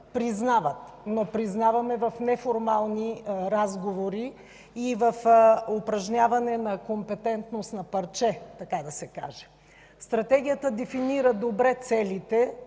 признават, но признаваме в неформални разговори и в упражняване на компетентност на парче, така да се каже. Стратегията дефинира добре целите